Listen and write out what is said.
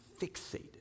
fixated